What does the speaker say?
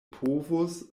povus